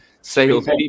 sales